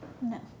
No